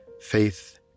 Faith